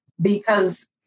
Because-